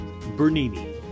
Bernini